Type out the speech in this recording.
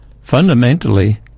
Fundamentally